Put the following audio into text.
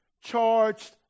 charged